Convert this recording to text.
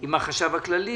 עם החשב הכללי,